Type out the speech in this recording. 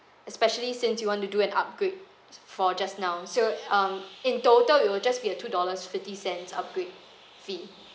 especially since you want to do an upgrade for just now so um in total it will just be a two dollars fifty cents upgrade fee